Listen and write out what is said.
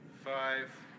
five